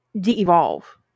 de-evolve